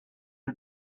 you